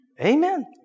Amen